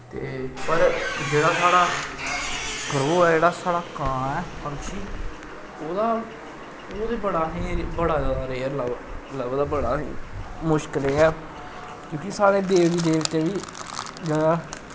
ते पर जेह्ड़ा साढ़ा क्रोह् ऐ जेह्ड़ा साढ़ा कां ऐ पंक्षी ओह्दा ओह् ते बड़ा असें बड़ा जैदा रेयर लव लब्भदा बड़ा असें मुश्कलें गै क्योंकि साढ़े देवी देवते बी जियां